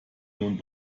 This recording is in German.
nun